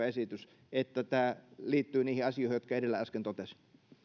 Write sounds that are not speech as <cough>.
<unintelligible> esitys että tämä liittyy niihin asioihin jotka edellä äsken totesin